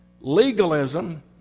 Legalism